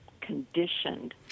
conditioned